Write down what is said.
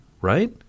Right